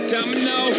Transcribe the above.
Domino